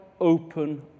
open